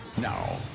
Now